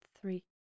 three